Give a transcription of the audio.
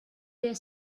their